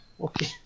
Okay